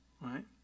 Right